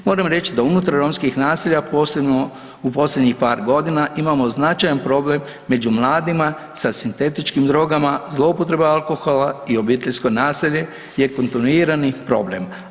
Moram reći da unutar romskih naselja posebno u posljednjih par godina imamo značajan problem među mladima sa sintetičkim drogama, zloupotreba alkohola i obiteljsko nasilje je kontinuirani problem.